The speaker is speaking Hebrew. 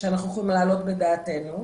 שאנחנו יכולים להעלות בדעתנו,